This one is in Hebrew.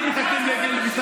אם זאת פגיעה, תגידו לי שזאת